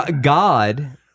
God